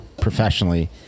professionally